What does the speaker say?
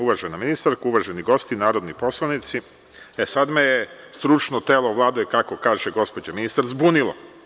Uvažena ministarko, uvaženi gosti, narodni poslanici, sada me je stručno telo Vlade, kako kaže gospođa ministar, zbunilo.